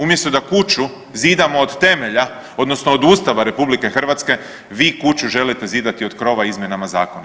Umjesto da kuću zidamo od temelja odnosno od Ustava RH, vi kuću želite zidati od krova izmjenama zakona.